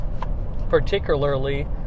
particularly